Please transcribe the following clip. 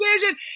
vision